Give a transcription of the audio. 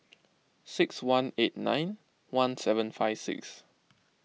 six one eight nine one seven five six